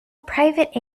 private